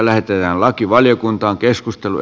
arvoisa puhemies